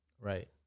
Right